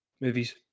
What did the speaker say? movies